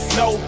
no